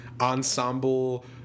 ensemble